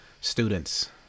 students